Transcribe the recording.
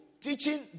teaching